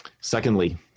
Secondly